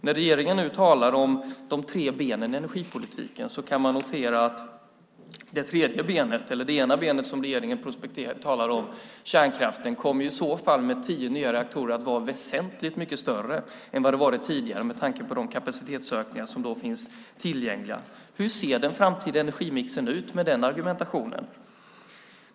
När regeringen talar om de tre benen i energipolitiken kan man notera att det ena benet som regeringen talar om, kärnkraften, med tio nya reaktorer i så fall kommer att vara väsentligt mycket större än vad den varit tidigare med tanke på de kapacitetsökningar som finns tillgängliga. Hur ser den framtida energimixen ut med den argumentationen?